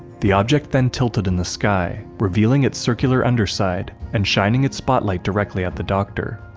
the object then tilted in the sky, revealing its circular underside and shining its spotlight directly at the doctor.